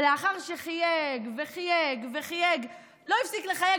לאחר שחייג וחייג וחייג, לא הפסיק לחייג,